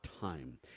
time